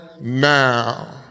now